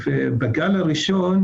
ובגל הראשון